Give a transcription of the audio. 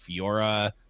Fiora